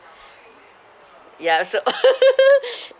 ya so